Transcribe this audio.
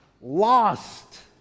Lost